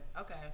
okay